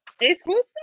exclusive